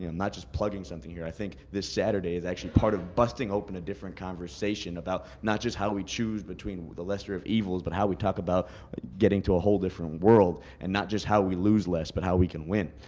and not just plugging something here, i think this saturday's actually part of busting open a different conversation about not just how we choose between the lesser of evils, but how we talk about getting to a whole different world, and not just how we lose less, but how we can win.